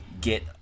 get